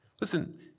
Listen